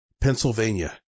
Pennsylvania